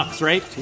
right